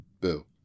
Boo